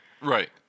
Right